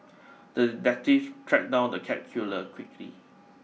the detective tracked down the cat killer quickly